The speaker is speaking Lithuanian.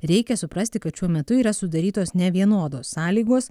reikia suprasti kad šiuo metu yra sudarytos nevienodos sąlygos